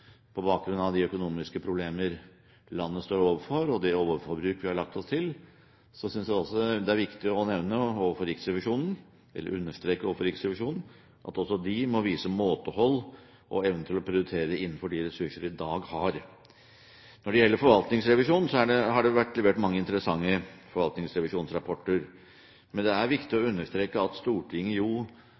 på bakgrunn av de økonomiske problemer landet står overfor, og det overforbruk vi har lagt oss til, synes jeg også det er viktig å understreke overfor Riksrevisjonen at også de må vise måtehold og evnen til å prioritere innenfor de ressurser de i dag har. Når det gjelder forvaltningsrevisjonen, har det vært levert mange interessante forvaltningsrevisjonsrapporter. Men det er viktig å understreke at Stortinget